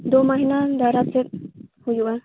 ᱫᱳ ᱢᱟᱦᱟᱱᱮ ᱫᱟᱨᱟ ᱛᱮ ᱦᱩᱭᱩᱜᱼᱟ